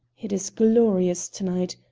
it is glorious to-night.